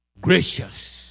gracious